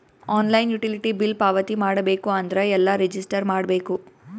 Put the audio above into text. Online utility bill ಪಾವತಿ ಮಾಡಬೇಕು ಅಂದ್ರ ಎಲ್ಲ ರಜಿಸ್ಟರ್ ಮಾಡ್ಬೇಕು?